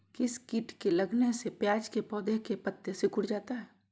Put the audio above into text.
किस किट के लगने से प्याज के पौधे के पत्ते सिकुड़ जाता है?